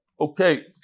Okay